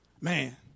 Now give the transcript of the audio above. Man